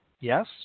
Yes